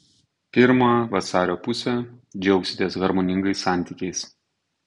pirmą vasario pusę džiaugsitės harmoningais santykiais